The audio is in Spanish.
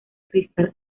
crystal